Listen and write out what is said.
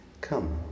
Come